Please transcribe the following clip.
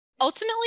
Ultimately